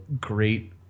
great